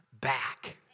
back